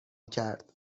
کرد